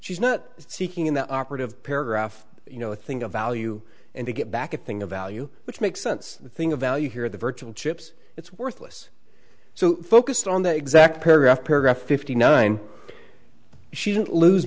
she's not seeking in the operative paragraph you know a thing of value and to get back a thing of value which makes sense the thing of value here the virtual chips it's worthless so focused on that exact paragraph paragraph fifty nine she didn't lose